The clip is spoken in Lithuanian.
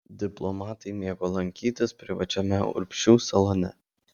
diplomatai mėgo lankytis privačiame urbšių salone